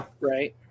right